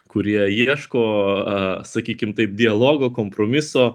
kurie ieško sakykim taip dialogo kompromiso